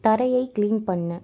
தரையைக் clean பண்ணு